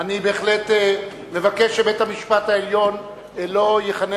אני בהחלט מבקש שבית-המשפט העליון לא יכנה